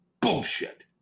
Bullshit